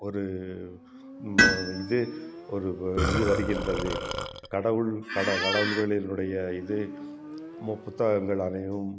ஒரு மா இது ஒரு வா இது வருகின்றது கடவுள் கட கடவுள்களில் உடைய இது மோ புத்தகங்கள் அனையும்